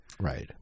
Right